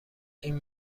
این